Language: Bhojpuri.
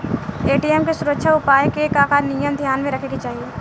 ए.टी.एम के सुरक्षा उपाय के का का नियम ध्यान में रखे के चाहीं?